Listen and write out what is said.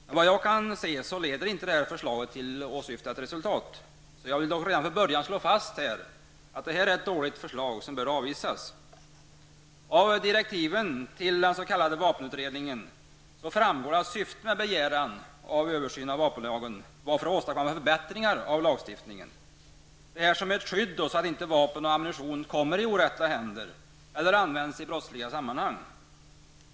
Men såvitt jag kan se leder inte detta förslag till åsyftat resultat. Jag vill då redan från början slå fast att det här är ett dåligt förslag som bör avvisas. Av direktiven till den s.k. vapenutredningen framgår att syftet med begäran om vapenlagen var att åstadkomma förbättringar av lagstiftningen -- detta som ett skydd mot att vapen och ammunition kommer i orätta händer eller används i brottsliga sammanhang.